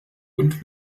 und